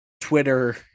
Twitter